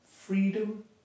freedom